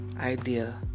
idea